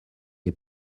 est